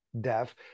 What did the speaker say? deaf